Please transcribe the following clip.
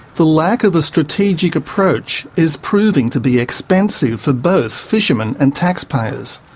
the lack of a strategic approach is proving to be expensive for both fishermen and taxpayers.